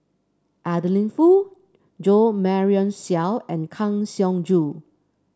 Adeline Foo Jo Marion Seow and Kang Siong Joo